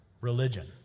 religion